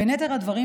בין יתר הדברים,